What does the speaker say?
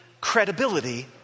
credibility